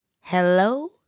Hello